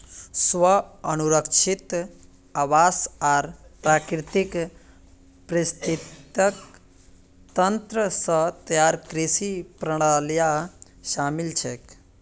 स्व अनुरक्षित आवास आर प्राकृतिक पारिस्थितिक तंत्र स तैयार कृषि प्रणालियां शामिल छेक